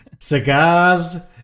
Cigars